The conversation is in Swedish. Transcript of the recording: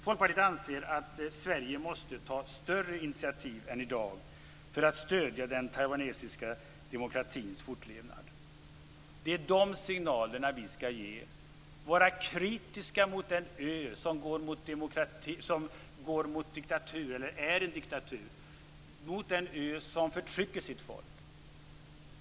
Folkpartiet anser att Sverige måste ta större initiativ än i dag för att stödja den taiwanesiska demokratins fortlevnad. Det är dessa signaler som vi skall ge. Vi skall vara kritiska mot den öregim som är en diktatur och som förtrycker sitt folk.